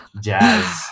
jazz